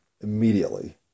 immediately